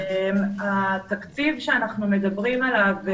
התקציב שאנחנו מדברים עליו,